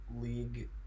league